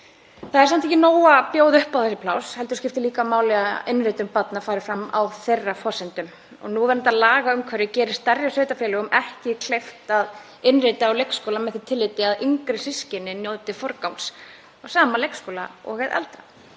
Það er samt ekki nóg að bjóða upp á þessi pláss heldur skiptir líka máli að innritun barna fari fram á þeirra forsendum. Núverandi lagaumhverfi gerir stærri sveitarfélögum ekki kleift að innrita á leikskóla með tilliti til þess að yngri systkini njóti forgangs á sama leikskóla og hin eldri.